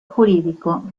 jurídico